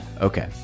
Okay